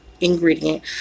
ingredient